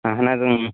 اَہَن حظ اۭں